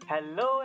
Hello